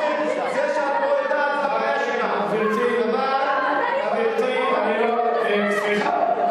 צורך שקולנו יורם ומילותינו תישמענה,